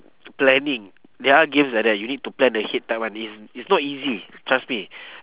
planning there are games like that you need to plan ahead time [one] it's it's not easy trust me